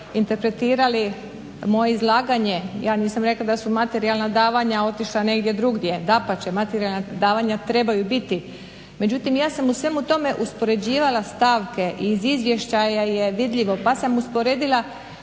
interpretirali moje izlaganje. Ja nisam rekla da su materijalna davanja otišla negdje drugdje, dapače, materijalna davanja trebaju biti. Međutim, ja sam u svemu tome uspoređivala stavke iz izvještaja je vidljivo pa sam usporedila